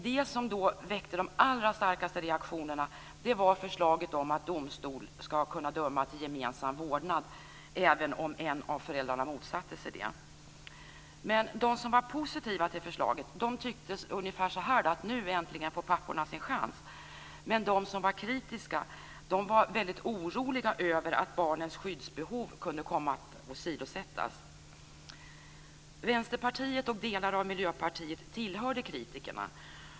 Det som väckte de allra starkaste reaktionerna var förslaget om att domstol ska kunna döma till gemensam vårdnad även om en av föräldrarna motsätter sig det. Men de som var positiva till förslaget tyckte att nu äntligen får papporna sin chans. De som var kritiska var oroliga för att barnens skyddsbehov skulle åsidosättas. Vänsterpartiet och delar av Miljöpartiet tillhörde kritikerna.